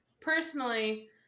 personally